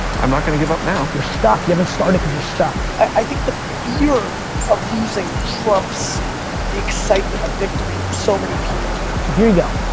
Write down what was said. i'm not gonna give up now. you're stuck. you haven't started cause you're stuck. i think the fear of losing trumps the excitement of victory for so many people. so here you go,